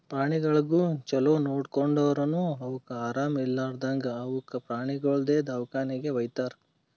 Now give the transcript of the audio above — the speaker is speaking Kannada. ಪ್ರಾಣಿಗೊಳಿಗ್ ಛಲೋ ನೋಡ್ಕೊಂಡುರನು ಅವುಕ್ ಆರಾಮ ಇರ್ಲಾರ್ದಾಗ್ ಅವುಕ ಪ್ರಾಣಿಗೊಳ್ದು ದವಾಖಾನಿಗಿ ವೈತಾರ್